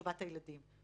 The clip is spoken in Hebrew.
טובת הילדים.